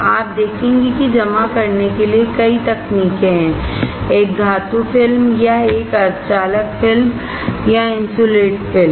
आप देखेंगे कि जमा करने के लिए कई तकनीकें हैं एक धातु फिल्म या एक सेमीकंडक्टर फिल्म या इन्सुलेट फिल्म